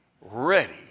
ready